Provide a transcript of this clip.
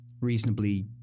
reasonably